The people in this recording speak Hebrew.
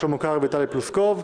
שלמה קרעי וטלי פלוסקוב.